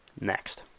next